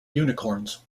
unicorns